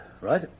right